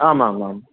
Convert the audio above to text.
आम् आम् आम्